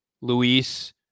luis